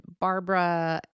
Barbara